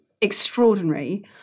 Extraordinary